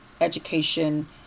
education